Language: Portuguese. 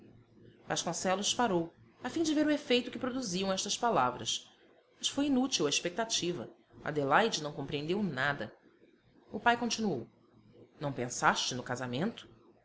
anos vasconcelos parou a fim de ver o efeito que produziam estas palavras mas foi inútil a expectativa adelaide não compreendeu nada o pai continuou não pensaste no casamento